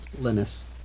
Linus